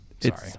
sorry